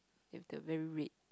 with the very red